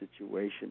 situation